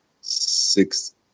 six